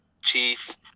Chief